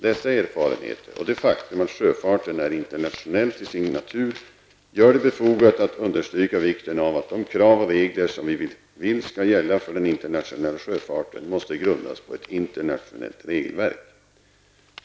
Dessa erfarenheter och det faktum att sjöfarten är internationell till sin natur gör det befogat att understryka vikten av att de krav och regler som vi vill skall gälla för den internationella sjöfarten måste grundas på ett internationellt regelverk.